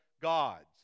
gods